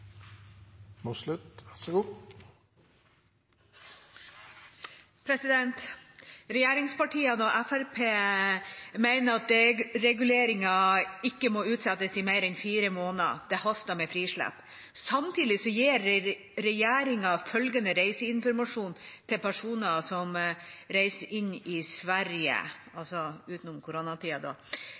og Fremskrittspartiet mener at dereguleringen ikke må utsettes i mer enn fire måneder. Det haster med frislipp. Samtidig gir regjeringa følgende reiseinformasjon til personer som reiser inn i Sverige, altså